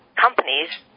companies